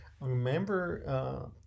Remember